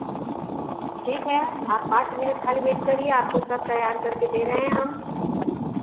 ठीक है आप पाँच मिनट खाली वेट करिए आपको सब तैयार कर के दे रहे हैं हम